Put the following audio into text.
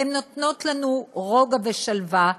הן נותנות לנו רוגע ושלווה,